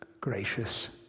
gracious